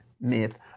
myth